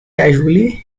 casually